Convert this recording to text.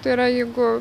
tai yra jeigu